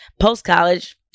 post-college